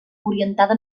orientada